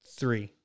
three